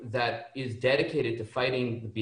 אבל אין להם בעצם כלים כדי להפוך את זה לפעילות.